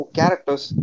characters